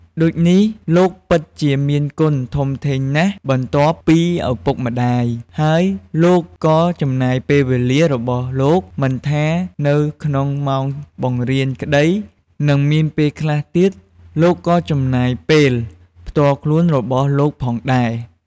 ដូចនេះលោកពិតជាមានគុណធំធេងណាស់បន្ទាប់ពីឪពុកម្តាយ ហើយលោកក៏ចំណាយពេលវេលារបស់លោកមិនថានៅក្នុងម៉ោងបង្រៀនក្តីនិងមានពេលខ្លះទៀតលោកក៏ចំណាយពេលផ្ទាល់ខ្លួនរបស់លោកផងដែរ។